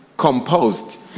composed